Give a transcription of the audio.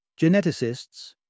Geneticists